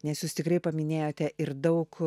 nes jūs tikrai paminėjote ir daug